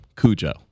Cujo